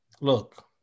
look